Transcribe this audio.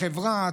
החברה,